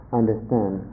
understand